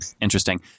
interesting